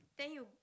then you